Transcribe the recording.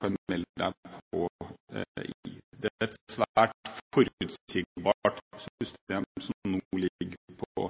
kan melde seg på. Det er et svært forutsigbart system som nå ligger på